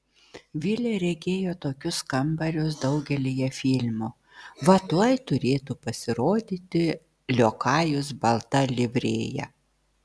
vilė regėjo tokius kambarius daugelyje filmų va tuoj turėtų pasirodyti liokajus balta livrėja